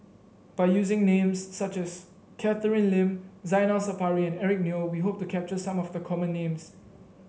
by using names such as Catherine Lim Zainal Sapari and Eric Neo we hope to capture some of the common names